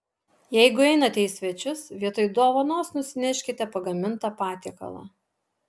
jeigu einate į svečius vietoj dovanos nusineškite pagamintą patiekalą